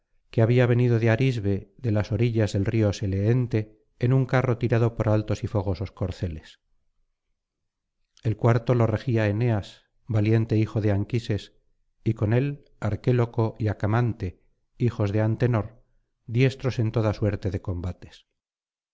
que había venido de arisbe de las orillas del río seleente en un carro tirado por altos y fogosos corceles el cuarto lo regía eneas valiente hijo de anquises y con él arquéloco y acamante hijos de antenor diestros en toda suerte de combates